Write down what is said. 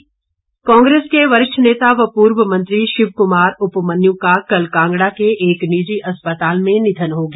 Upmanyu Congress के वरिष्ठ नेता व पूर्व मंत्री शिव कुमार उपमन्यु का कल कांगड़ा के एक निजी अस्पताल में निधन हो गया